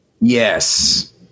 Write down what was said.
Yes